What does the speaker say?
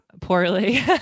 poorly